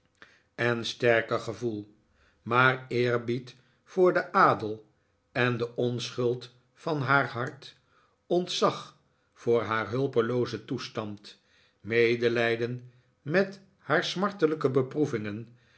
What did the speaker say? en sterker gevoel maar eerbied voor den adel en de onschuld van haar hart ontzag voor haar hulpeloozen toestand medelijden met haar smartelijke beproevingen